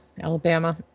Alabama